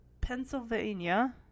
Pennsylvania